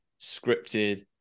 scripted